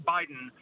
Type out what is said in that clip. Biden